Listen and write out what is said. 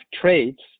traits